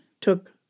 took